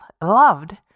loved